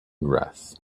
grass